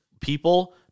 people